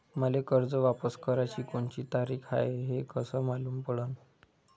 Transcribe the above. मले कर्ज वापस कराची कोनची तारीख हाय हे कस मालूम पडनं?